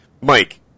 Mike